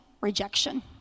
rejection